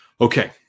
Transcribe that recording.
Okay